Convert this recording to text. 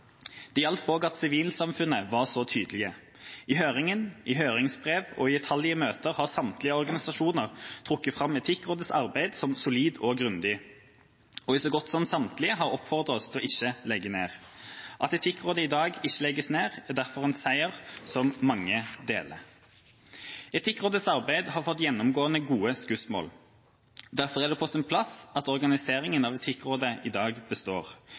Det hjalp òg at sivilsamfunnet var så tydelig. I høringa, i høringsbrev og i utallige møter har samtlige organisasjoner trukket fram Etikkrådets arbeid som solid og grundig, og så godt som samtlige har oppfordret oss til ikke å legge det ned. At Etikkrådet i dag ikke legges ned er derfor en seier som mange deler. Etikkrådets arbeid får gjennomgående gode skussmål. Derfor er det på sin plass at organiseringa av Etikkrådet – som det er i dag – består: